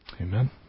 Amen